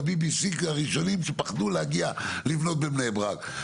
--- הראשונים שפחדו להגיע לבנות בבני ברק.